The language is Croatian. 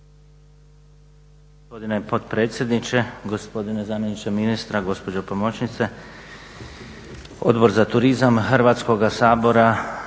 gospodine potpredsjedniče, gospodine zamjeniče ministra, gospođo pomoćnice. Odbor za turizam Hrvatskoga sabora